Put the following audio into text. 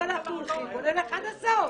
אם אנחנו הולכים, נלך עד הסוף.